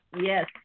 Yes